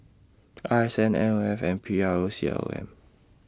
R S N M O F and P R O C O M